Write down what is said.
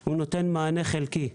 הוא נותן מענה חלקי.